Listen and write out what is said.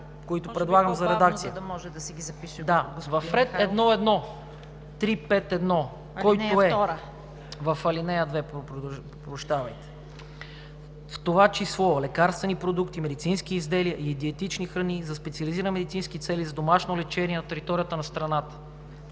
които предлагам за редакция. В ред 1.1.3.5.1., който е в ал. 2: „в това число за лекарствени продукти, медицински изделия и диетични храни за специални медицински цели за домашно лечение от територията на страната“.